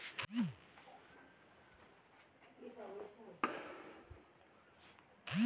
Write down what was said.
केंद्रीय बैंक सभ बैंक के कार्य प्रणाली पर ध्यान रखैत अछि